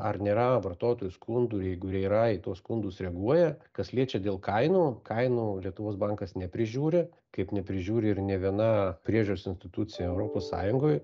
ar nėra vartotojų skundų jeigu ir yra į tuos skundus reaguoja kas liečia dėl kainų kainų lietuvos bankas neprižiūri kaip neprižiūri ir nė viena priežiūros institucija europos sąjungoj